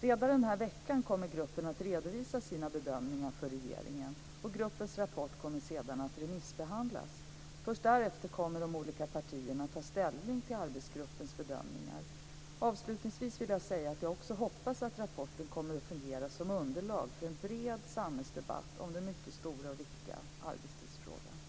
Redan den här veckan kommer gruppen att redovisa sina bedömningar för regeringen. Gruppens rapport kommer att remissbehandlas. Först därefter kommer de olika partierna att ta ställning till arbetsgruppens bedömningar. Avslutningsvis vill jag säga att jag hoppas att rapporten också kommer att fungera som underlag för en bred samhällsdebatt om den mycket stora och viktiga arbetstidsfrågan.